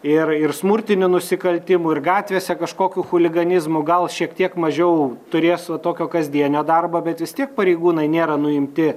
ir ir smurtinių nusikaltimų ir gatvėse kažkokių chuliganizmų gal šiek tiek mažiau turės va tokio kasdienio darbo bet vis tiek pareigūnai nėra nuimti